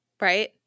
Right